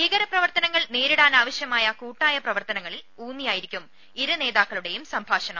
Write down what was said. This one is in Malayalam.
ഭീകര പ്രവർത്തനങ്ങൾ നേരിടാനാവശ്യമായ കൂട്ടായ പ്രവർത്തനങ്ങളിൽ ഊന്നിയായിരിക്കും ഇരു നേതാക്കളുടെയും സംഭാഷണം